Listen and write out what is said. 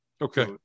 Okay